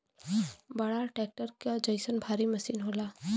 बड़ा ट्रक्टर क जइसन भारी मसीन होला